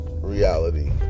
reality